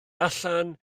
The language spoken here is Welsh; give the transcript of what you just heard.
allan